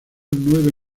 nueve